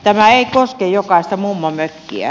tämä ei koske jokaista mummonmökkiä